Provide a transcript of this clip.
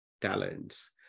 talents